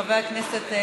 חבר הכנסת,